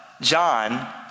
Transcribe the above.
John